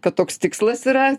kad toks tikslas yra